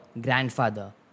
grandfather